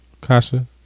Kasha